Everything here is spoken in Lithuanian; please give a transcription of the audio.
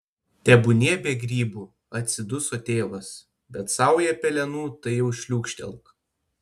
tebūnie be grybų atsiduso tėvas bet saują pelenų tai jau šliūkštelk